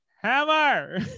hammer